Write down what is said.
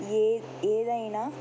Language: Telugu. ఏదైనా